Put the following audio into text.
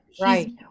Right